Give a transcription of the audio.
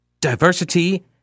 diversity